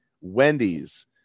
Wendy's